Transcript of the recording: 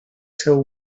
till